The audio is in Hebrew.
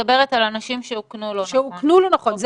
מדברת על אנשים שאוכנו לא נכון.